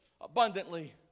abundantly